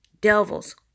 devils